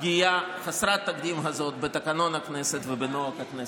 לפגיעה חסרת התקדים בתקנון הכנסת ובנוהג הכנסת.